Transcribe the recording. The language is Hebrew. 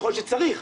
שיכול שצריך,